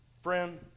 Friend